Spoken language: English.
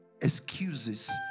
excuses